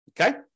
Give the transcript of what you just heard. Okay